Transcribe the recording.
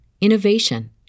innovation